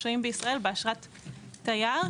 שוהים בישראל באשרת תייר,